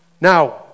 Now